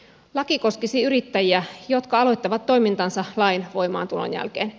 laki koskisi yrittäjiä jotka aloittavat toimintansa lain voimaantulon jälkeen